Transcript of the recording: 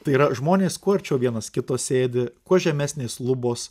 tai yra žmonės kuo arčiau vienas kito sėdi kuo žemesnės lubos